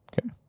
Okay